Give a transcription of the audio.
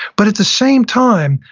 but at the same time,